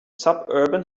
suburban